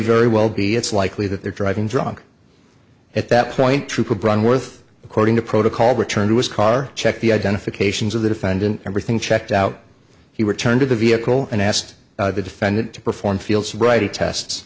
very well be it's likely that they're driving drunk at that point trooper bryan worth according to protocol returned to his car checked the identifications of the defendant everything checked out he returned to the vehicle and asked the defendant to perform field sobriety tests